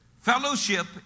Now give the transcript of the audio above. Fellowship